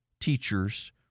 teachers